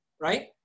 right